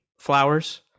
flowers